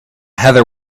heather